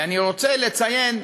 ואני רוצה לציין,